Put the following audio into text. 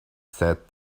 said